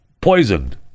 poisoned